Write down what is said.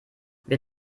wir